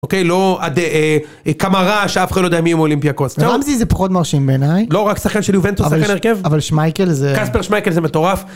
אוקיי? לא עד כמה רע שאף אחד לא יודע מי הוא אולימפיה קוסט. רמזי זה פחות מרשים בעיניי. לא, רק שחקן שלי ובנטו שחקן הרכב. אבל שמייקל זה... קספר שמייקל זה מטורף.